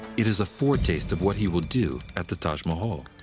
it is a foretaste of what he will do at the taj mahal.